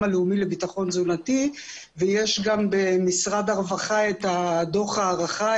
הלאומי לביטחון תזונתי ויש גם במשרד הרווחה את דו"ח ההערכה,